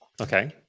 Okay